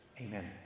Amen